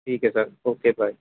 ਠੀਕ ਹੈ sir okay bye